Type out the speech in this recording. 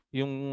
yung